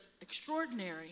extraordinary